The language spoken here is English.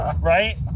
Right